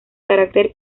carácter